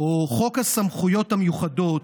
חוק הסמכויות המיוחדות,